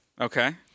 Okay